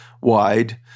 wide